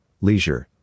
leisure